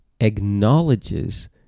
acknowledges